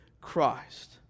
Christ